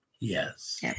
Yes